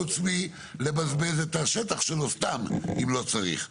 חוץ מלבזבז את השטח שלו סתם אם לא צריך,